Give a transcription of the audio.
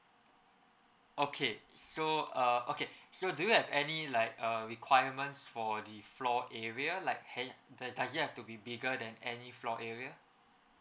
okay so uh okay so do you have any like uh requirements for the floor area like ha does it have to be bigger than any floor area